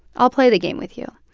i'll play the game with you.